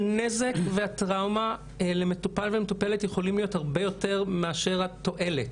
הנזק והטראומה למטופל ומטופלת יכולים להיות הרבה יותר מאשר התועלת.